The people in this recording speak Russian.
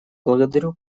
благодарю